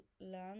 learn